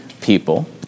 people